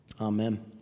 Amen